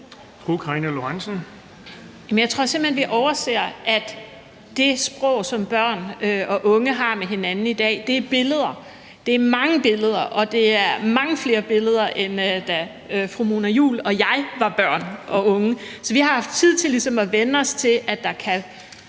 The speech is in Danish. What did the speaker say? hen, vi overser, at det sprog, som børn og unge har med hinanden i dag, er billeder. Det er mange billeder, og det er mange flere billeder, end da fru Mona Juul og jeg var børn og unge. Så vi har haft tid til ligesom at vænne os til, at der kan,